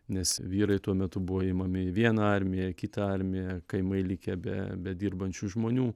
nes vyrai tuo metu buvo imami į vieną armiją į kitą armiją kaimai likę be be dirbančių žmonių